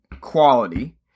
quality